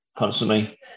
constantly